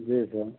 जी sir